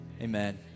Amen